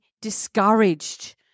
discouraged